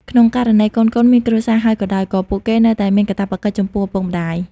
ក្នុងករណីកូនៗមានគ្រួសារហើយក៏ដោយ ក៏ពួកគេនៅតែមានកាតព្វកិច្ចចំពោះឪពុកម្តាយ។